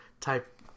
type